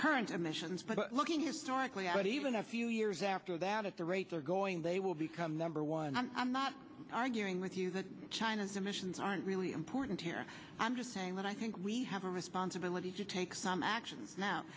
current emissions but looking historically at even a few years after that at the rate they're going they will become number one and i'm not arguing with you that china's emissions aren't really important here i'm just saying that i think we have a responsibility to take some actions now